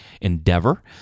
endeavor